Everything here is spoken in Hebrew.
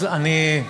אז אני,